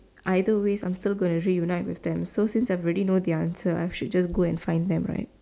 either ways I am still gonna reunite with them so since I have already know the answer I should just go and find them right